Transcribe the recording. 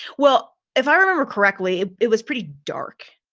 well, if i remember correctly, it was pretty dark.